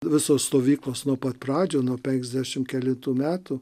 visos stovyklos nuo pat pradžių nuo penkiasdešim kelintų metų